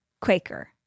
Quaker